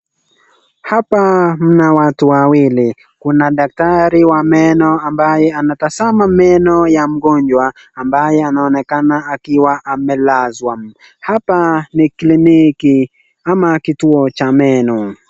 Hapa mna watu wawili, kuna daktari wa meno ambae anatazama meno ya mgonjwa ambae anaonekana akiwa amelazwa. Hapa ni kliniki ama kituo cha meno.